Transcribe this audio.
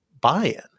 buy-in